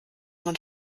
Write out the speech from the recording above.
man